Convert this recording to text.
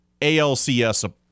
ALCS